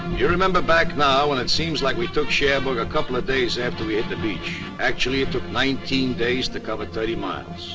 you remember back now when it seems like we took cherbourg a couple of days after we hit the beach. actually, it took nineteen days to cover thirty miles.